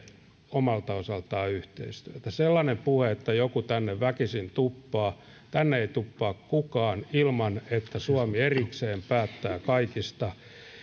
omalta osaltaan yhteistyötä sellainen puhe että joku tänne väkisin tuppaa tänne ei tuppaa kukaan ilman että suomi erikseen päättää kaikista